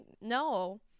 no